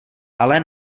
ale